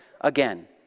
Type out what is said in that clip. again